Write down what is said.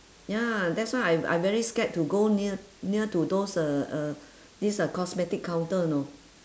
ya that's why I I very scared to go near near to those uh uh this uh cosmetic counter you know